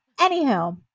Anyhow